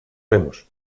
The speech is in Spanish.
vemos